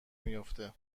میافته